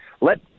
let